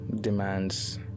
demands